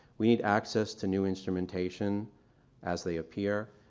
we need access to new instrumentation as they appear.